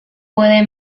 puede